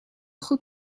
goed